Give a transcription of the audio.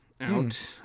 out